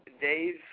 Dave